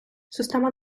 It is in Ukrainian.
система